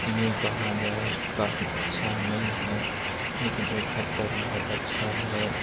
یوں کہا جائے کافی اچھا نہیں ہے لیکن ایک حد تک بہت اچھا ہے